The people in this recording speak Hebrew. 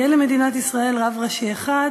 יהיה למדינת ישראל רב ראשי אחד,